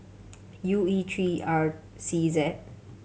U E three R C Z